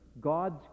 God's